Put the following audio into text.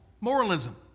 moralism